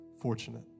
fortunate